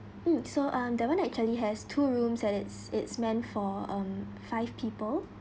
mm so um that [one] actually has two rooms as it's it's meant for um five people